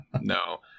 no